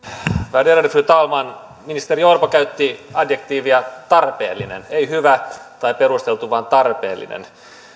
värderade fru talman ministeri orpo käytti adjektiivia tarpeellinen ei hyvä tai perusteltu vaan tarpeellinen